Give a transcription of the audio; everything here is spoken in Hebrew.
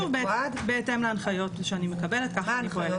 שוב, בהתאם להנחיות שאני מקבלת כך אני פועלת.